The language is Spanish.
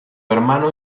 hermano